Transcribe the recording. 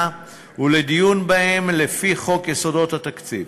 ולדיון בהן לפי חוק יסודות התקציב".